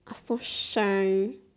I'm so shy